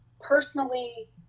personally